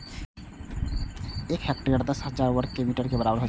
एक हेक्टेयर दस हजार वर्ग मीटर के बराबर होयत छला